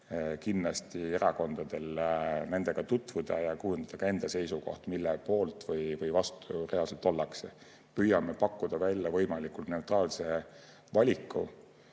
kindlasti erakonnad nendega tutvuksid ja kujundaksid enda seisukoha, mille poolt või vastu reaalselt ollakse. Püüame pakkuda välja võimalikult neutraalse valiku,